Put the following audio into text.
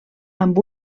amb